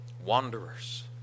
Wanderers